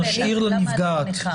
נשאיר לנפגעת.